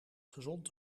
gezond